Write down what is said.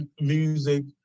music